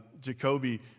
Jacoby